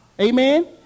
Amen